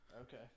Okay